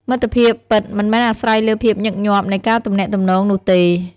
មិត្តភាពពិតមិនមែនអាស្រ័យលើភាពញឹកញាប់នៃការទំនាក់ទំនងនោះទេ។